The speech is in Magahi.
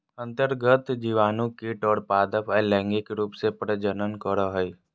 अन्तर्गत जीवाणु कीट और पादप अलैंगिक रूप से प्रजनन करो हइ